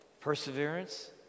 perseverance